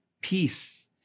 peace